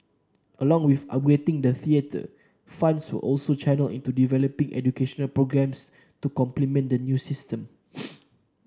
along with upgrading the theatre funds were also channelled into developing educational programmes to complement the new system